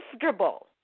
comfortable